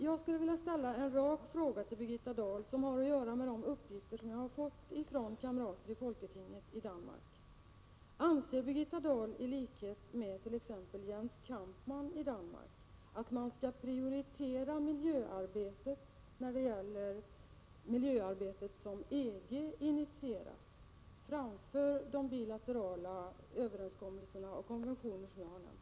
Jag skulle till Birgitta Dahl vilja ställa en rak fråga, som har att göra med alla de uppgifter jag fått från kamrater i folketinget i Danmark: Anser Birgitta Dahl i likhet med t.ex. Jens Kampmann i Danmark att man skall prioritera det miljöarbete som EG initierar framför de bilaterala överenskommelser och konventioner jag nämnt?